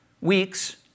weeks